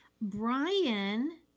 Brian